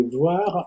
voir